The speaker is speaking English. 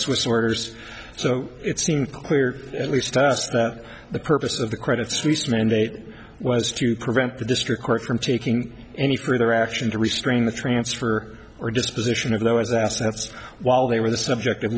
swiss orders so it seemed clear at least us that the purpose of the credit suisse mandate was to prevent the district court from taking any further action to restrain the transfer or disposition of lho as assets while they were the subject of